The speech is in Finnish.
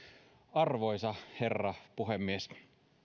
arvoisa herra puhemies